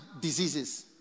diseases